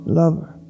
lover